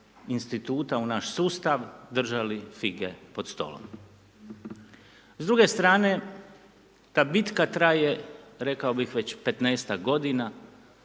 instituta u naš sustav, držali fige pod stolom. S druge strane, ta bitka traje, rekao bih već 15-ak godina,